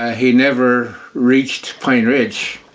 ah he never reached pine ridge.